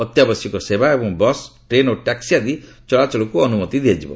ଅତ୍ୟାବଶ୍ୟକୀୟ ସେବା ଏବଂ ବସ୍ ଟ୍ରେନ ଓ ଟ୍ୟାକ୍ସି ଆଦି ଚଳାଚଳକୁ ଅନୁମତି ଦିଆଯିବ